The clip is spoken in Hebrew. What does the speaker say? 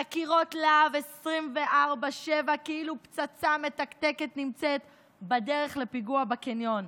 חקירות להב 24/7 כאילו פצצה מתקתקת נמצאת בדרך לפיגוע בקניון,